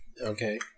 Okay